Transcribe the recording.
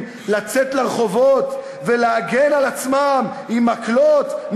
לצאת לרחובות ולהגן על עצמם עם מקלות,